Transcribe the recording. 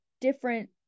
different